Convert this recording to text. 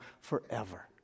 forever